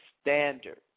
standard